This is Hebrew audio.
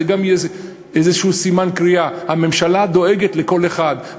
זה גם יהיה איזשהו סימן קריאה: הממשלה דואגת לכל אחד,